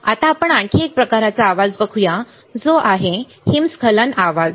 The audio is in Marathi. आता आपण आणखी एक प्रकारचा आवाज करूया जो अवालांच हिमस्खलनाचा आवाज आहे